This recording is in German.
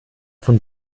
von